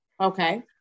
Okay